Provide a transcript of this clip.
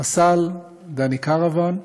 הפסל דני קרוון,